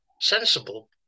sensible